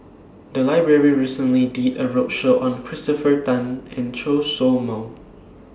The Library recently did A roadshow on Christopher Tan and Chen Show Mao